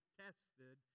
tested